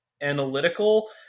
analytical